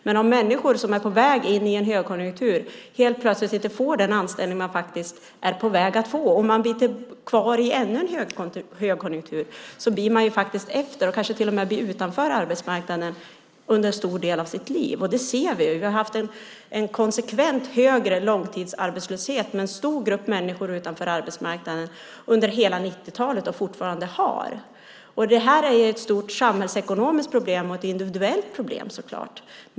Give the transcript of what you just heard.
Men om människor som är på väg in i en högkonjunktur helt plötsligt inte får den anställning de är på väg att få, om man blir kvar i ännu en högkonjunktur, blir man faktiskt efter och kanske till och med utanför arbetsmarknaden under en stor del av sitt liv. Det ser vi. Vi har haft, och har fortfarande, en konsekvent högre långtidsarbetslöshet hos en stor grupp människor utanför arbetsmarknaden under hela 90-talet. Det här är ett stort samhällsekonomiskt problem och ett individuellt problem, så klart.